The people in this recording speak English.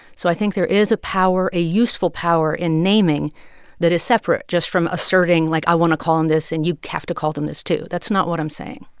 so i think there is a power, a useful power, in naming that is separate just from asserting, like, i want to call them this, and you have to call them this too. that's not what i'm saying